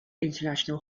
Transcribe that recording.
international